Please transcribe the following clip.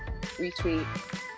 retweet